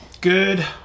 Good